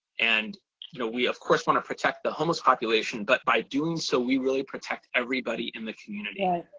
and you know we of course want to protect the homeless population, but by doing so, we really protect everybody in the community. right.